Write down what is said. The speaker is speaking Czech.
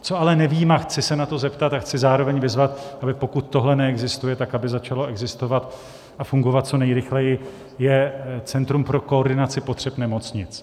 Co ale nevím a chci se na to zeptat a chci zároveň vyzvat, aby pokud tohle neexistuje tak, aby začalo existovat a fungovat co nejrychleji, je centrum pro koordinaci potřeb nemocnic.